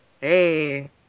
Hey